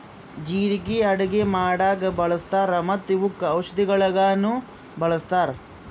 ಜೀರಿಗೆ ಅಡುಗಿ ಮಾಡಾಗ್ ಬಳ್ಸತಾರ್ ಮತ್ತ ಇವುಕ್ ಔಷದಿಗೊಳಾಗಿನು ಬಳಸ್ತಾರ್